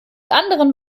anderen